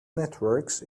networks